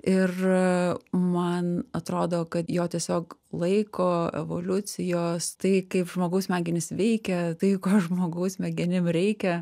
ir man atrodo kad jo tiesiog laiko evoliucijos tai kaip žmogaus smegenys veikia tai ką žmogaus smegenim reikia